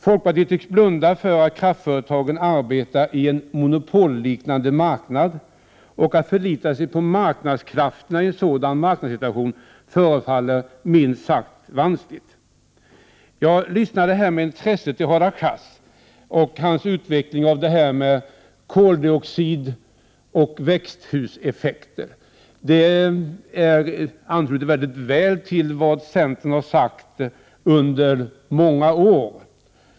Folkpartiet tycks blunda för att kraftföretagen arbetar i en monopolliknande marknad, och att förlita sig på marknadskrafterna i en sådan marknadssituation förefaller minst sagt vanskligt. Jag lyssnade med intresse till Hadar Cars utveckling av frågan om koldioxid och växthuseffekter. Det han sade anknyter mycket väl till vad centern sagt under många år.